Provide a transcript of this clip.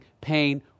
pain